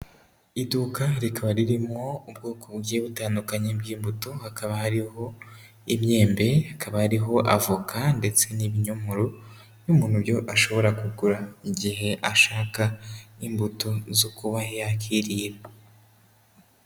Iduka rikaba ririmo ubwoko bugiye butandukanye bw'imbuto, hakaba hariho imyembe, hakaba hariho avoka ndetse n'ibinyomoro n'umuntu byo ashobora kugura igihe ashaka n'imbuto zo kuba yakirira.